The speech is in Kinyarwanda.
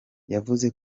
yavuze